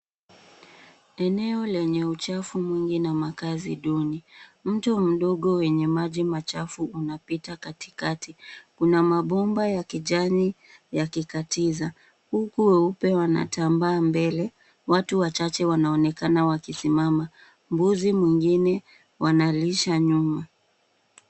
Eneo lenye uchafu mwingi na makazi duni, mto mdogo wenye maji machafu unapita katikati ,Kuna mabomba ya kijani ,yakikatiza Kuku weupe wanatambaa mbele .Watu wachache wanaonekana wakisimama. Mbuzi mwingine wanalisha nyuma .